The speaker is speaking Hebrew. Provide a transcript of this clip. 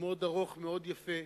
מאוד ארוך, מאוד יפה.